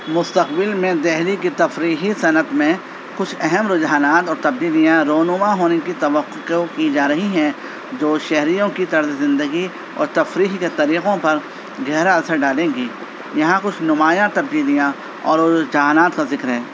مستقبل میں دلی کی تفریحی صنعت میں کچھ اہم رجحانات اور تبدیلیاں رونما ہونے کی توقع کی جا رہی ہے جو شہریوں کی طرز زندگی اور تفریح کے طریقوں پر گہرا اثر ڈالیں گی یہاں کچھ نمایاں تبدیلیاں اور رجحانات کا ذکر ہے